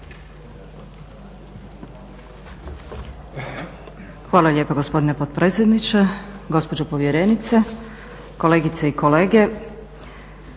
Hvala lijepa gospodine potpredsjedniče. Gospođo povjerenice, kolegice i kolege.